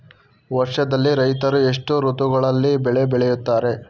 ವರ್ಷದಲ್ಲಿ ರೈತರು ಎಷ್ಟು ಋತುಗಳಲ್ಲಿ ಬೆಳೆ ಬೆಳೆಯುತ್ತಾರೆ?